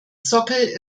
sockel